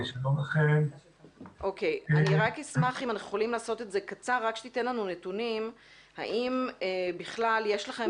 אני אשמח אם תעשה את זה קצר רק שתיתן לנו נתונים האם יש לכם